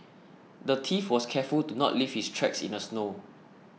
the thief was careful to not leave his tracks in the snow